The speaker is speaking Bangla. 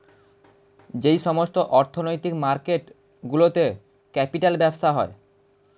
যেই সমস্ত অর্থনৈতিক মার্কেট গুলোতে ক্যাপিটাল ব্যবসা হয়